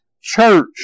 church